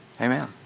Amen